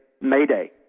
mayday